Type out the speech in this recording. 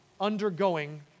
undergoing